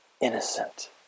Innocent